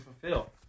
fulfill